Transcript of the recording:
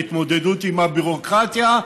בהתמודדות עם הביורוקרטיה,